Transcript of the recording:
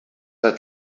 her